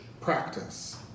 practice